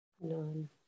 None